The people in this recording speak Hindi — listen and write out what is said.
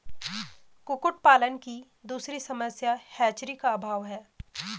कुक्कुट पालन की दूसरी समस्या हैचरी का अभाव है